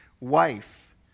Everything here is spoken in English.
wife